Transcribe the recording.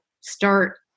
start